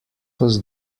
was